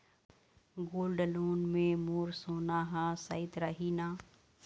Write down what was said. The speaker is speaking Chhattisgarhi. गोल्ड लोन मे मोर सोना हा सइत रही न?